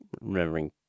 remembering